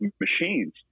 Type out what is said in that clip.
machines